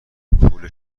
پول